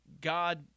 God